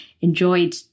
enjoyed